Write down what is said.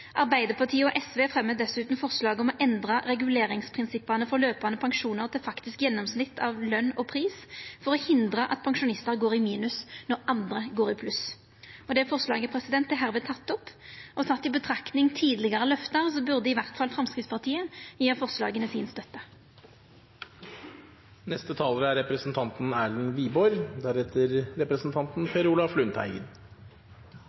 Arbeidarpartiet og SV fremjar dessutan eit forslag om å endra reguleringsprinsippa for løpande pensjonar til faktisk gjennomsnitt av løns- og prisutvikling for å hindra at pensjonistane går i minus når andre går i pluss. Det forslaget er med dette teke opp. I betraktning av tidlegare løfte burde i alle fall Framstegspartiet gje forslaget støtte. Representanten Hadia Tajik har tatt opp det forslaget hun refererte til. Da jeg hørte foregående innlegg, fra representanten